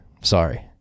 Sorry